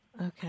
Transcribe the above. Okay